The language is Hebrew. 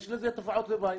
יש לזה תופעות לוואי.